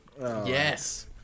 Yes